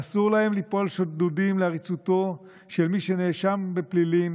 אסור ליפול שדודים לעריצותו של מי שנאשם בפלילים